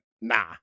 nah